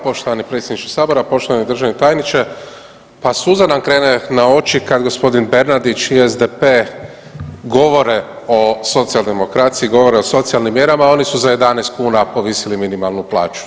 Poštovani predsjedniče sabora, poštovani državni tajniče pa suza nam krene na oči kad gospodin Bernardić i SDP govore o socijaldemokraciji, govore o socijalnim mjerama, a oni su za 11 kuna povisili minimalnu plaću.